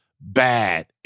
bad